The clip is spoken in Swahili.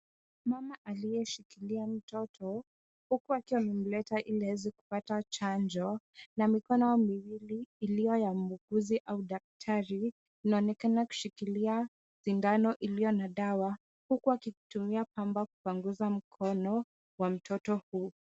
Mama aliyeshikilia mtoto huku akiwa amemleta ili aweze kupata chanjo na mikono miwili iliyo ya muuguzi au daktari inaonekana kushikilia sindano iliyo na dawa huku akitumia pamba kupanguza mkono wa mtoto huyo.